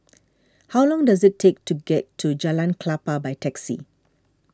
how long does it take to get to Jalan Klapa by taxi